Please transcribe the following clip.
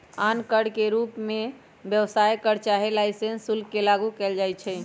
आन कर के रूप में व्यवसाय कर चाहे लाइसेंस शुल्क के लागू कएल जाइछै